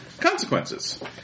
consequences